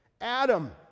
Adam